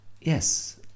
yes